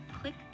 click